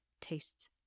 tastes